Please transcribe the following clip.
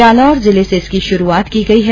जालोर जिले से इसकी शुरुआत की गई है